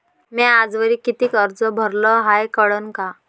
म्या आजवरी कितीक कर्ज भरलं हाय कळन का?